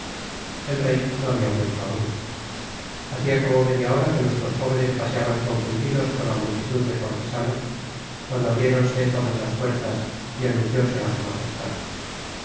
el rey no habia vuelto aun hacia como media hora que nuestros jóvenes paseaban confundidos con la multitud de cortesanos cuando abriéronse todas las puertas y anuncióse á su magestad